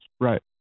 Right